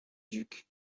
duc